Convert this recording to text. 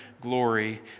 glory